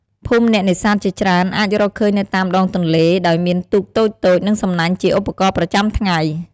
ភូមិអ្នកនេសាទជាច្រើនអាចរកឃើញនៅតាមដងទន្លេ ដោយមានទូកតូចៗ និងសំណាញ់ជាឧបករណ៍ប្រចាំថ្ងៃ។